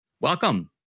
Welcome